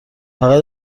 فقط